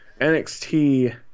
NXT